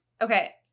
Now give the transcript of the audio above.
Okay